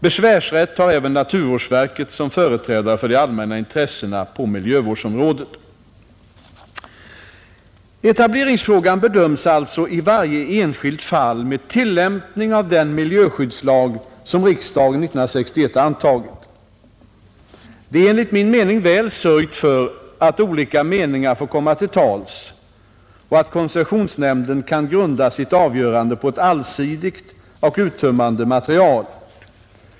Besvärsrätt har även naturvårdsverket som företrädare för de allmänna intressena på miljövårdsområdet. Etableringsfrågan bedöms alltså i varje enskilt fall med tillämpning av den miljöskyddslag som riksdagen 1969 antagit. Det är enligt min mening väl sörjt för att olika meningar får komma till tals och att koncessionsnämnden kan grunda sitt avgörande på ett allsidigt och uttömmande material.